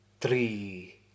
three